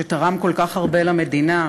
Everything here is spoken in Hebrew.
שתרם כל כך הרבה למדינה,